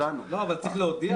אבל צריך להודיע?